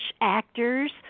actors